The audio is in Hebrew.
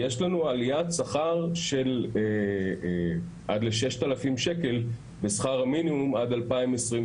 יש לנו עליית שכר של עד לששת אלפים שקל בשכר המינימום עד 2026,